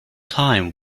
time